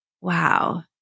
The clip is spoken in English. Wow